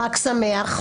חג שמח.